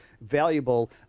valuable